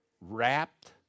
wrapped